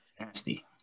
nasty